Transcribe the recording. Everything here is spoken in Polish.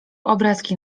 obrazki